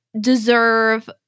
deserve